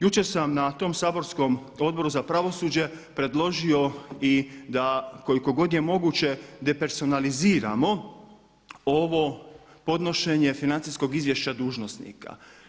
Jučer sam na tom saborskom Odboru za pravosuđe predložio i da koliko god je moguće depersonaliziramo ovo podnošenje financijskog izvješća dužnosnika.